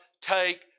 Take